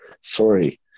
Sorry